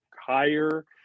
higher